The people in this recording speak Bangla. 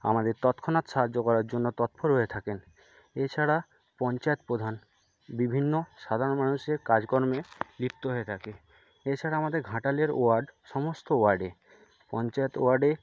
আমাদের তৎক্ষণাৎ সাহায্য করার জন্য তৎপর হয়ে থাকেন এছাড়া পঞ্চায়েত প্রধান বিভিন্ন সাধারণ মানুষের কাজকর্মে লিপ্ত হয়ে থাকে এছাড়া আমাদের ঘাটালের ওয়ার্ড সমস্ত ওয়ার্ডে পঞ্চায়েত ওয়ার্ডে